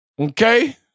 okay